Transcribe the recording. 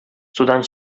судан